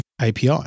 API